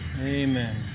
Amen